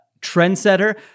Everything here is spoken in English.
trendsetter